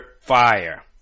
fire